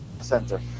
Center